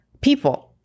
people